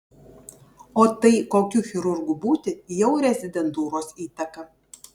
o tai kokiu chirurgu būti jau rezidentūros įtaka